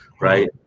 Right